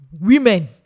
Women